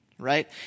right